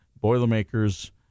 Boilermakers